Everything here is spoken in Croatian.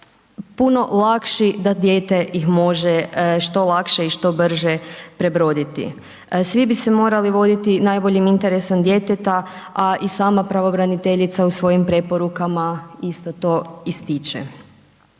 puno lakši da dijete ih može što lakše i što brže prebroditi. Svi bi se morali voditi najboljim interesom djeteta a i sama pravobraniteljica u svojim preporukama isto to ističe.